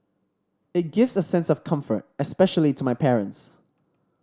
it gives a sense of comfort especially to my parents